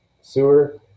Sewer